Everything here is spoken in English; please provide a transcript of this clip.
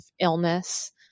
illness